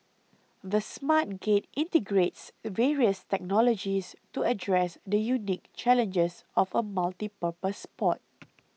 the Smart Gate integrates various technologies to address the unique challenges of a multipurpose port